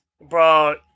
bro